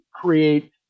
create